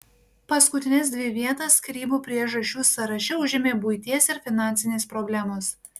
paskutines dvi vietas skyrybų priežasčių sąraše užėmė buities ir finansinės problemos